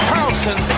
Carlson